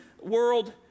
world